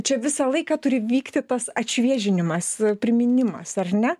čia visą laiką turi vykti tas atšviežinimas priminimas ar ne